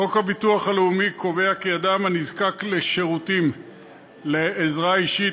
‏חוק הביטוח הלאומי קובע כי אדם הנזקק לשירותים לעזרה אישית